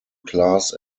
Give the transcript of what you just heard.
class